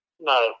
no